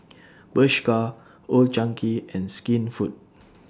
Bershka Old Chang Kee and Skinfood